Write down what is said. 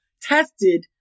tested